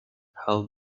how